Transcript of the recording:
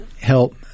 help